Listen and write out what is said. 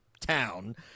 town—